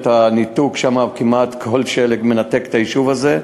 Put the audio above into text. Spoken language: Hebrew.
את הניתוק שם, כמעט כל שלג מנתק את היישוב הזה,